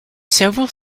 several